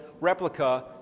replica